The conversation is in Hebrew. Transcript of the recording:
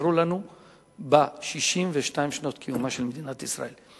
שקרו לנו ב-62 שנות קיומה של מדינת ישראל.